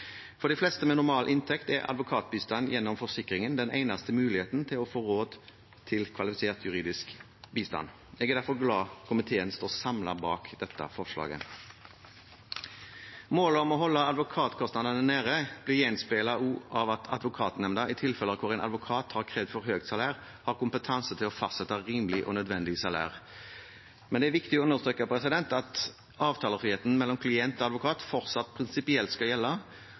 For de fleste med normal inntekt er advokatbistand gjennom forsikringen den eneste muligheten til å få råd til kvalifisert juridisk bistand. Jeg er derfor glad for at komiteen står samlet bak dette forslaget. Målet om å holde advokatkostnadene nede blir også gjenspeilet av at Advokatnemnda i tilfeller hvor en advokat har krevd for høye salærer, har kompetanse til å fastsette et rimelig og nødvendig salær. Men det er viktig å understreke at avtalefriheten mellom klient og advokat fortsatt prinsipielt skal gjelde,